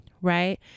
right